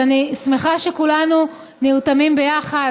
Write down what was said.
אז אני שמחה שכולנו נרתמים ביחד,